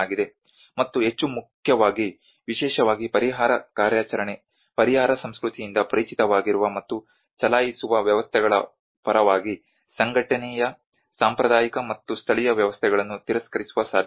ಮತ್ತು ಹೆಚ್ಚು ಮುಖ್ಯವಾಗಿ ವಿಶೇಷವಾಗಿ ಪರಿಹಾರ ಕಾರ್ಯಾಚರಣೆ ಪರಿಹಾರ ಸಂಸ್ಕೃತಿಯಿಂದ ಪರಿಚಿತವಾಗಿರುವ ಮತ್ತು ಚಲಾಯಿಸುವ ವ್ಯವಸ್ಥೆಗಳ ಪರವಾಗಿ ಸಂಘಟನೆಯ ಸಾಂಪ್ರದಾಯಿಕ ಮತ್ತು ಸ್ಥಳೀಯ ವ್ಯವಸ್ಥೆಗಳನ್ನು ತಿರಸ್ಕರಿಸುವ ಸಾಧ್ಯತೆಯಿದೆ